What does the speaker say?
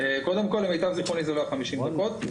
קודם כול, למיטב זכרוני זה היה פחות מ-50 דקות.